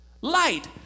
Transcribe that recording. light